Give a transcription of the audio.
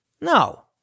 No